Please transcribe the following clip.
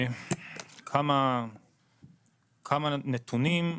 כמה נתונים,